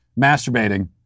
masturbating